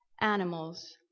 animals